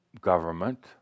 government